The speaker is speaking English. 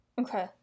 Okay